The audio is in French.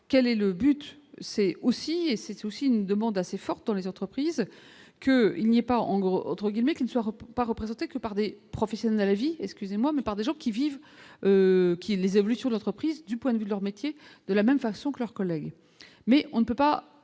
quel est le but c'est aussi, et c'est aussi une demande assez forte dans les entreprises que il n'y a pas encore, entre guillemets, qui ne sera pas représentée que par des professionnels à vie, excusez-moi, mais par des gens qui vivent au pied les évolutions de l'entreprise, du point de vue de leur métier, de la même façon que leurs collègues mais on ne peut pas